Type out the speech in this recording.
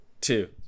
two